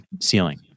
ceiling